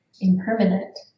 impermanent